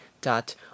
dot